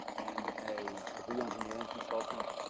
and a re-engineering consultant?